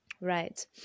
Right